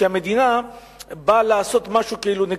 כאילו שהמדינה באה לעשות משהו נגדם.